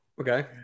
Okay